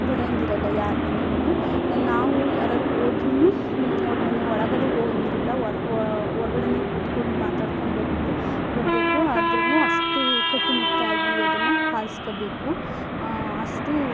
ಬರೋಂಗಿರೊಲ್ಲ ಯಾರ ಮನೆಗೂ ನಾವು ಯಾರಾರು ಹೋದ್ರೂ ಅವರು ಮನೆ ಒಳಗಡೆ ಹೋಗೊಂಗಿರಲಿಲ್ಲ ಒರ ಹೊರಗಡೆಯೇ ಕೂತ್ಕೊಂಡು ಮಾತಾಡ್ಕೊಂಡು ಬರ ಬರಬೇಕು ಆದ್ರೂ ಅಷ್ಟು ಕಟ್ಟುನಿಟ್ಟಾಗಿ ಅದನ್ನು ಪಾಲಿಸ್ಕೊಬೇಕು ಅಷ್ಟು